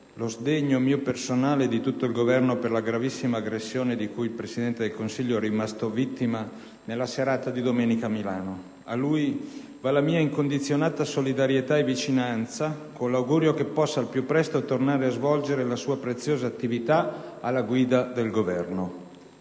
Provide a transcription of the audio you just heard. lo sdegno mio personale e di tutto il Governo per la gravissima aggressione di cui il Presidente del Consiglio è rimasto vittima nella serata di domenica a Milano. A lui va la mia incondizionata solidarietà e vicinanza, con l'augurio che possa al più presto tornare a svolgere la sua preziosa attività alla guida del Governo.